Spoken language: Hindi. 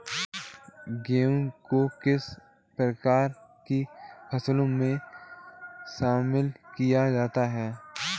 गेहूँ को किस प्रकार की फसलों में शामिल किया गया है?